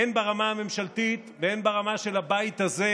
הן ברמה הממשלתית והן ברמה של הבית הזה,